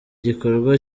gikorwa